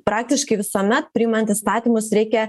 praktiškai visuomet priimant įstatymus reikia